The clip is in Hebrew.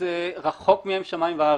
זה רחוק מהם שמים וארץ.